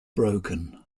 broken